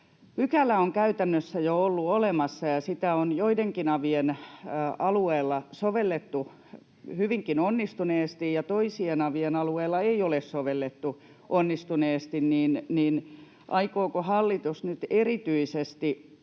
pykälä on käytännössä jo ollut olemassa ja sitä on joidenkin avien alueella sovellettu hyvinkin onnistuneesti ja toisien avien alueella ei ole sovellettu onnistuneesti, niin aikooko hallitus nyt erityisesti